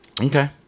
Okay